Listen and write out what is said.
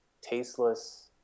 tasteless